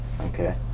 Okay